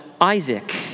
Isaac